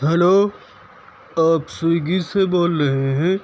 hello آپ Swiggy سے بول رہے ہیں